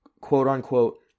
quote-unquote